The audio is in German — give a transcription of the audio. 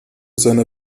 seine